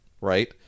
right